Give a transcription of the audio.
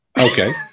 Okay